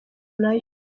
nayo